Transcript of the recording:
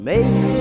Make